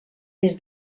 des